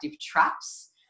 traps